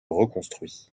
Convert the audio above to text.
reconstruit